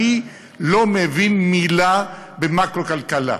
אני לא מבין מילה במקרו-כלכלה,